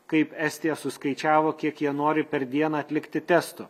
kaip estija suskaičiavo kiek jie nori per dieną atlikti testų